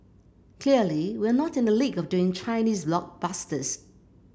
clearly we're not in the league of doing Chinese blockbusters